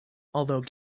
although